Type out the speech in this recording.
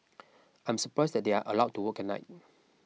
I'm surprised that they are allowed to work at night